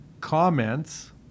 comments